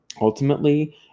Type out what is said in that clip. ultimately